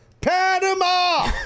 Panama